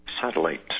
satellite